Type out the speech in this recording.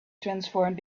transformed